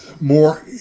more